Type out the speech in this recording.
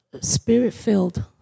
spirit-filled